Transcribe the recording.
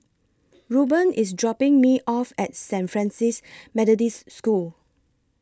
Ruben IS dropping Me off At Saint Francis Methodist School